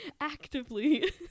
Actively